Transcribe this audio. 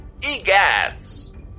egads